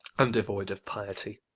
and devoid of pity,